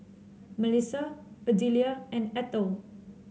Melissa Adelia and Ethel